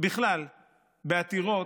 בכלל בעתירות,